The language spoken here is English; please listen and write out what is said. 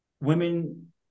women